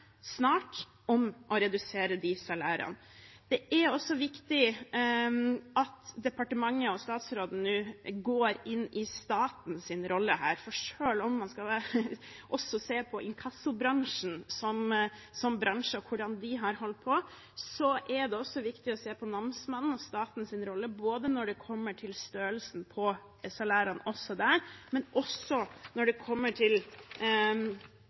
om å redusere de salærene. Det er også viktig at departementet og statsråden nå går inn i statens rolle, for selv om man skal se på inkassobransjen som bransje og hvordan de har holdt på, er det også viktig å se på namsmannen og statens rolle når det kommer til størrelsen på salærene, men også den makten som tross alt er ganske stor fra statens side til